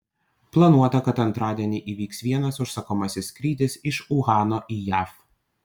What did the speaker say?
planuota kad antradienį įvyks vienas užsakomasis skrydis iš uhano į jav